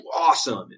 awesome